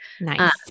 Nice